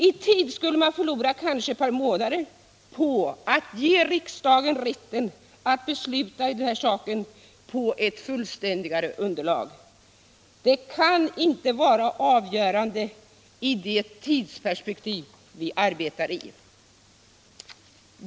I tid skulle man förlora kanske ett par månader på att ge riksdagen rätten att besluta i den här saken på ett fullständigare underlag. Det kan inte vara :avgörande i det tidsperspektiv vi arbetar i.